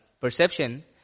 perception